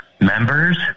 members